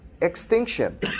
extinction